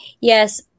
Yes